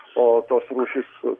o tos rūšys